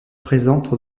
présente